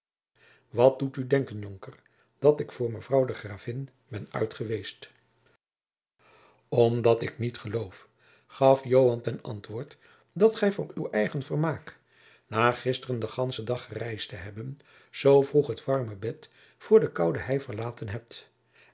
wat doet u denken jonker dat ik voor mevrouw de gravin ben uitgeweest omdat ik niet geloof gaf joan ten antwoord dat gij voor uw eigen vermaak na gisteren den ganschen dag gereisd te hebben zoo vroeg het warme bed voor de koude hei verlaten hebt